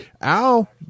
Al